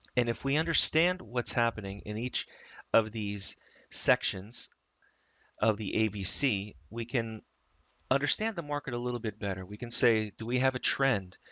and if we understand what's happening in each of these sections of the abc, we can understand the market a little bit better. we can say, do we have a trend,